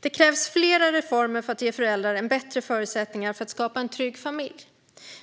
Det krävs flera reformer för att ge föräldrar bättre förutsättningar för att skapa en trygg familj.